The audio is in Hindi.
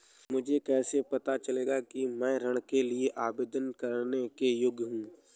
मुझे कैसे पता चलेगा कि मैं ऋण के लिए आवेदन करने के योग्य हूँ?